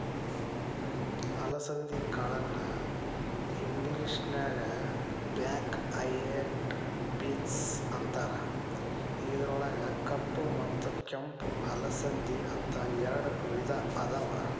ಅಲಸಂದಿ ಕಾಳನ್ನ ಇಂಗ್ಲೇಷನ್ಯಾಗ ಬ್ಲ್ಯಾಕ್ ಐಯೆಡ್ ಬೇನ್ಸ್ ಅಂತಾರ, ಇದ್ರೊಳಗ ಕಪ್ಪ ಮತ್ತ ಕೆಂಪ ಅಲಸಂದಿ, ಅಂತ ಎರಡ್ ವಿಧಾ ಅದಾವ